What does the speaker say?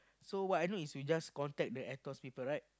so what I know is you just contact the Aetos people right